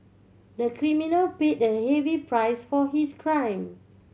the criminal paid a heavy price for his crime